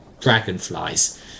dragonflies